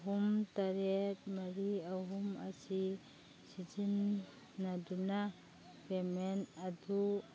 ꯑꯍꯨꯝ ꯇꯔꯦꯠ ꯃꯔꯤ ꯑꯍꯨꯝ ꯑꯁꯤ ꯁꯤꯖꯤꯟꯅꯗꯨꯅ ꯄꯦꯃꯦꯟ ꯑꯗꯨ